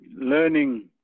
learning